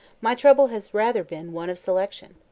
my trouble has rather been one of selection.